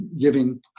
giving